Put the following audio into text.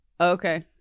okay